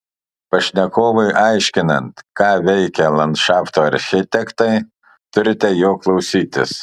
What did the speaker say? pašnekovui aiškinant ką veikia landšafto architektai turite jo klausytis